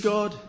God